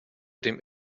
dem